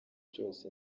cyose